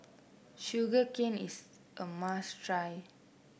Sugar Cane is a must try